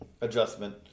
adjustment